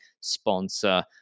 sponsor